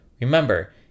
Remember